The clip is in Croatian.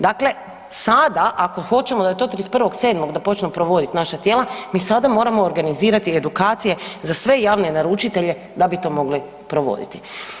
Dakle, sada ako hoćemo da je to 31.7. da počnemo provoditi, naša tijela, mi sada moramo organizirati edukacije za sve javne naručitelje da bi to mogli provoditi.